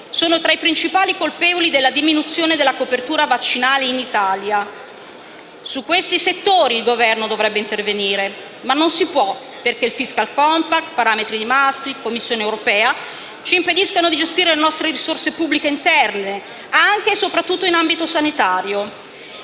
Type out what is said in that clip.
sono tra i principali colpevoli della diminuzione della copertura vaccinale in Italia. Su questi settori il Governo dovrebbe intervenire. Ma non si può, perché il *fiscal compact*, i parametri di Maastricht e la Commissione Europea ci impediscono di gestire le nostre risorse pubbliche interne anche e soprattutto in ambito sanitario.